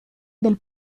del